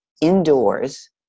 indoors